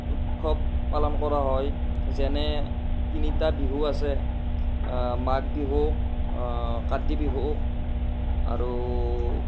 উৎসৱ পালন কৰা হয় যেনে তিনিটা বিহু আছে মাঘ বিহু কাতি বিহু আৰু